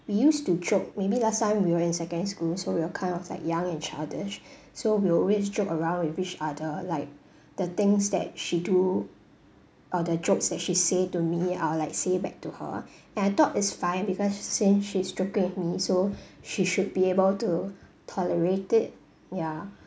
we used to joke maybe last time we were in secondary school so we were kind of like young and childish so we always joke around with each other like the things that she do or the jokes that she say to me I'll like say back to her and I thought it's fine because since she's joking with me so she should be able to tolerate it ya